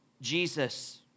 Jesus